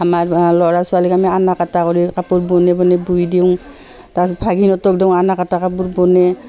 আমাৰ ল'ৰা ছোৱালীক আমি আনা কাটা কৰি কাপোৰ বনাই বনাই বই দিওঁ তাৰপিছত ভাগিনহঁতক দিওঁ আনা কাটা কাপোৰ বনেই